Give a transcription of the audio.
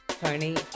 Tony